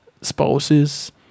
spouses